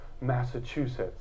Massachusetts